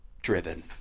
driven